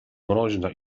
mroźna